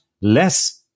less